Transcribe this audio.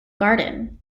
garden